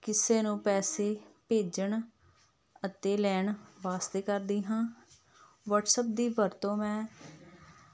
ਕਿਸੇ ਨੂੰ ਪੈਸੇ ਭੇਜਣ ਅਤੇ ਲੈਣ ਵਾਸਤੇ ਕਰਦੀ ਹਾਂ ਵਟਸਐਪ ਦੀ ਵਰਤੋਂ ਮੈਂ